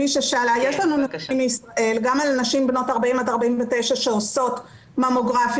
יש לנו נתונים מישראל גם על נשים בנות 40-49 שעושות ממוגרפיה,